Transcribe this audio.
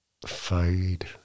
fade